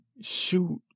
shoot